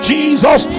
Jesus